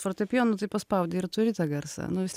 fortepijonu tai paspaudi ir turi tą garsą nu